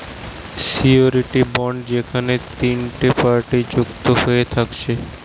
surety bond যেখেনে তিনটে party যুক্ত হয়ে থাকছে